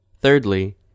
Thirdly